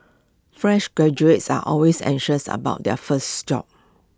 fresh graduates are always anxious about their first job